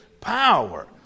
power